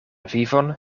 vivon